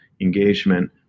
engagement